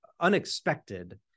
unexpected